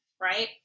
right